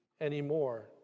anymore